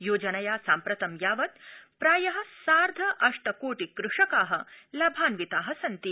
योजनया साम्प्रतं यावत् प्राय सार्ध अष्ट कोटि कृषका लाभान्विता सन्ति